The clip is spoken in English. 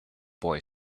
boy